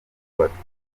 batwite